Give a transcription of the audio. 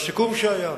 לפי הסיכום שהיה